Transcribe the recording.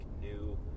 new